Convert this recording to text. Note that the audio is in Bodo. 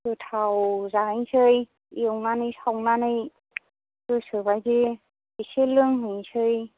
गोथाव जाहैनोसै एवनानै सावनानै गोसोबादि एसे लोंहैनोसै